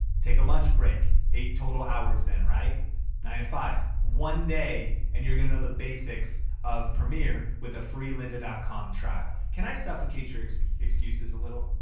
take a lunch break. eight total hours then. nine five. one day and you're gonna know the basics of premier with a free lynda dot com trial. can i suffocate your excuses a little?